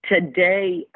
Today